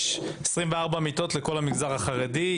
יש 24 מיטות לכל המגזר החרדי,